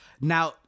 Now